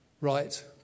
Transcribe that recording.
right